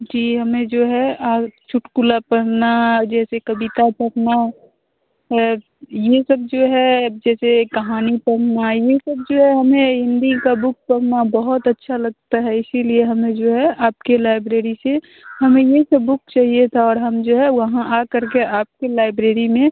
जी हमें जो है चुटकुला पढ़ना जैसे कविता पढ़ना यह सब जो है जैसे कहानी पढ़ना यह सब जो है हमे हिन्दी का बुक पढ़ना बहुत अच्छा लगता है इसलिए हमें जो है आपके लाइब्रेरी से हमे यह सब बुक चाहिए था और हम जो है वहाँ आकर के आपके लाइब्रेरी में